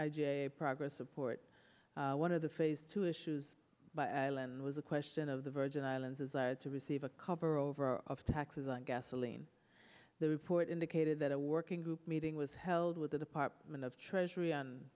j progress support one of the phase two issues by island was a question of the virgin islands is led to receive a cover over of taxes on gasoline the report indicated that a working group meeting was held with the department of treasury